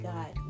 God